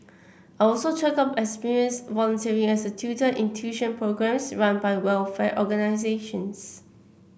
I also chalked up experience volunteering as a tutor in tuition programmes run by welfare organisations